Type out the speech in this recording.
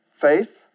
Faith